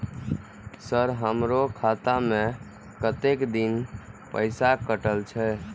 Sir हमारो खाता में कतेक दिन पैसा कटल छे?